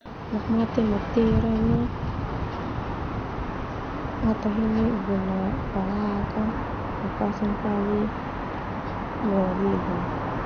Mate meteran na hata heni bola palak ho pasang bola beuk.